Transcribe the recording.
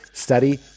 study